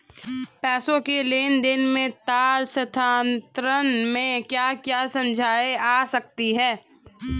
पैसों के लेन देन में तार स्थानांतरण में क्या क्या समस्याएं आ सकती हैं?